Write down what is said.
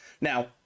Now